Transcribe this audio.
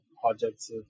projects